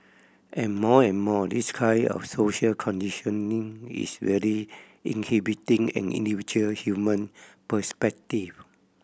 and more and more this kind of social conditioning is really inhibiting an individual human perspective